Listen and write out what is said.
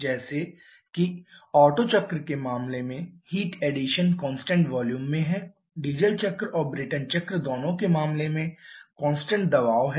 जैसे कि ओटो चक्र के मामले में हीट एडिशन कांस्टेंट वॉल्यूम में है डीजल चक्र और ब्रेटन चक्र दोनों के मामले में कांस्टेंट दबाव है